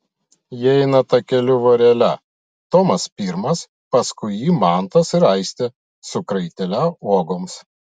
jie eina takeliu vorele tomas pirmas paskui jį mantas ir aistė su kraitele uogoms